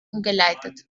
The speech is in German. umgeleitet